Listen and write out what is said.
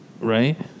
Right